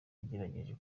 yagerageje